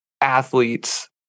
athletes